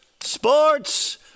Sports